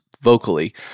vocally